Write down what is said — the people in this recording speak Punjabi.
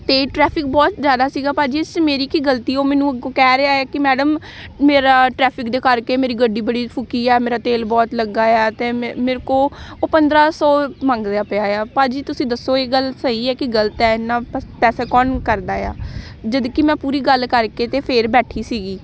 ਅਤੇ ਟ੍ਰੈਫਿਕ ਬਹੁਤ ਜ਼ਿਆਦਾ ਸੀਗਾ ਭਾਅ ਜੀ ਇਸ 'ਚ ਮੇਰੀ ਕੀ ਗਲਤੀ ਉਹ ਮੈਨੂੰ ਅੱਗੋਂ ਕਹਿ ਰਿਹਾ ਹੈ ਕਿ ਮੈਡਮ ਮੇਰਾ ਟ੍ਰੈਫਿਕ ਦੇ ਕਰਕੇ ਮੇਰੀ ਗੱਡੀ ਬੜੀ ਫੁਕੀ ਆ ਮੇਰਾ ਤੇਲ ਬਹੁਤ ਲੱਗਾ ਆ ਅਤੇ ਮੇ ਮੇਰੇ ਕੋਲੋਂ ਉਹ ਪੰਦਰਾਂ ਸੌਂ ਮੰਗਦਾ ਪਿਆ ਆ ਭਾਅ ਜੀ ਤੁਸੀਂ ਦੱਸੋ ਇਹ ਗੱਲ ਸਹੀ ਹੈ ਕਿ ਗਲਤ ਹੈ ਇੰਨਾ ਪੈ ਪੈਸਾ ਕੌਣ ਕਰਦਾ ਆ ਜਦੋਂ ਕਿ ਮੈਂ ਪੂਰੀ ਗੱਲ ਕਰਕੇ ਅਤੇ ਫਿਰ ਬੈਠੀ ਸੀਗੀ